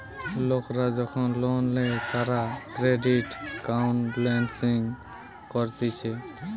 লোকরা যখন লোন নেই তারা ক্রেডিট কাউন্সেলিং করতিছে